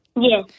Yes